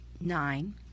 nine